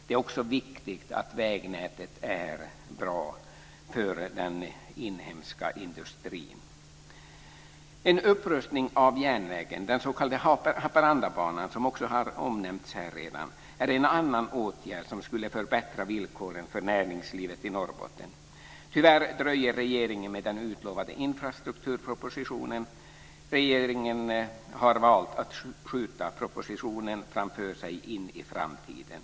Det är också viktigt att vägnätet är bra för den inhemska industrin. En upprustning av järnvägen, den s.k. Haparandabanan som också har nämnts här, är en annan åtgärd som skulle förbättra villkoren för näringslivet i Norrbotten. Tyvärr dröjer regeringen med den utlovade infrastrukturpropositionen. Regeringen har valt att skjuta propositionen på framtiden.